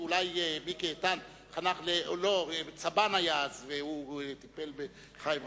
ואולי צבן טיפל בחיים אורון.